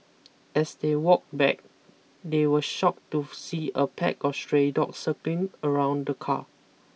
as they walked back they were shocked to see a pack of stray dogs circling around the car